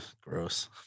Gross